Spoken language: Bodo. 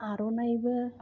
आर'नाइबो